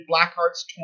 Blackheart's